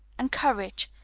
and courage,